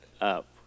up